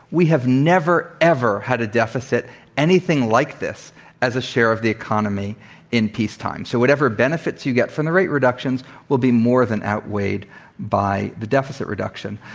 we have never, ever had a deficit anything like this as a share of the economy in peacetime. so whatever benefits you get from the rate reductions will be more than outweighed by the deficit reduction.